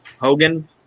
Hogan